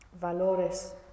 valores